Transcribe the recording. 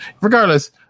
Regardless